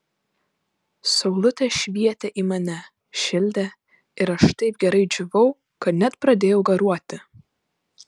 saulutė švietė į mane šildė ir aš taip gerai džiūvau kad net pradėjau garuoti